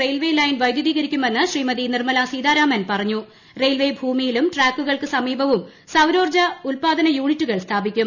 railway line വൈദ്യുതീകരിക്കുമെന്ന് ശ്രീമതി നിർമലാ സീതാരാമൻ പറഞ്ഞു railway ഭൂമിയിലും ട്രാക്കുകൾക്ക് സമീപവും സൌരോർജ്ജ ഉൽപാദന യൂണിറ്റുകൾ സ്ഥാപിക്കും